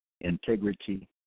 integrity